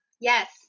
yes